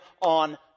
on